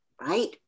right